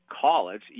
college